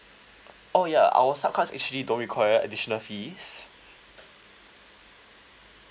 oh ya our sub card actually don't require additional fees